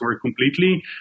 completely